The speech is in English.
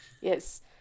Yes